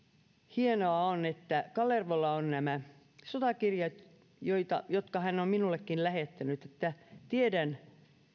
hienoa on että kalervolla on nämä sotakirjat jotka hän on minullekin lähettänyt että tiedän